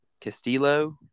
Castillo